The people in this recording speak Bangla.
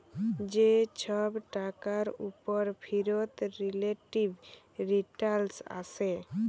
যে ছব টাকার উপর ফিরত রিলেটিভ রিটারল্স আসে